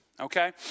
okay